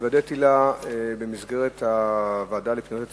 שהתוודעתי לה במסגרת הוועדה לפניות הציבור,